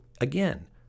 again